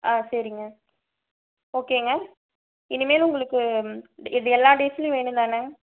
ஆ சரிங்க ஓகேங்க இனிமேல் உங்களுக்கு இது எல்லா டேஸ்லையும் வேணும்தானே